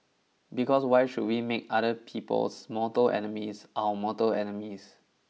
because why should we make other people's mortal enemies our mortal enemies